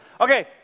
Okay